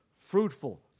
fruitful